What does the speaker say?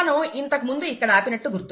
మనము ఇంతకుముందు ఇక్కడ ఆపినట్టు గుర్తు